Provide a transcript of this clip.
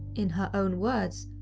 in her own words,